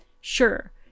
Sure